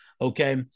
Okay